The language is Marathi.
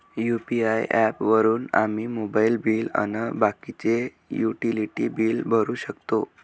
यू.पी.आय ॲप वापरून आम्ही मोबाईल बिल अन बाकीचे युटिलिटी बिल भरू शकतो